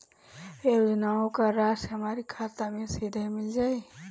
योजनाओं का राशि हमारी खाता मे सीधा मिल जाई?